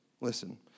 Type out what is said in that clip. Listen